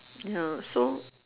ya so